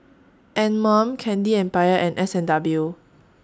Anmum Candy Empire and S and W